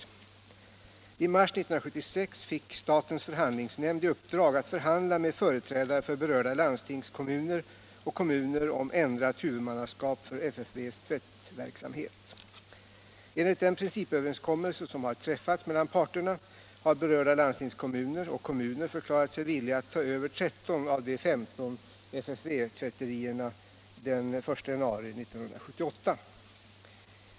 I mars 1976 fick statens förhandlingsnämnd i uppdrag att förhandla med företrädare för berörda landstingskommuner och kommuner om ändrat huvudmannaskap för FFV:s tvättverksamhet. Enligt den principöverenskommelse som har träffats mellan parterna har berörda landstingskommuner och kommuner förklarat sig villiga att ta över 13 av de 15 FFV-tvätterierna den 1 januari 1978.